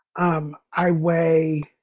um i weigh